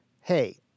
hey